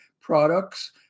Products